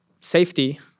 safety